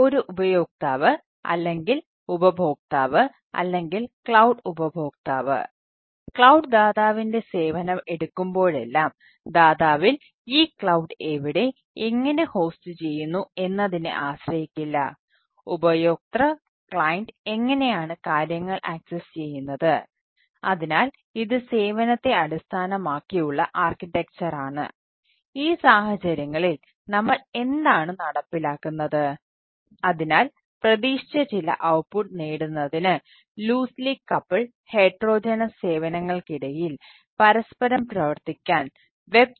ഒരു ഉപയോക്താവ് അല്ലെങ്കിൽ ഉപഭോക്താവ് അല്ലെങ്കിൽ ക്ലൌഡ് ഒന്ന് XML ആണ്